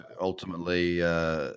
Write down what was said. ultimately –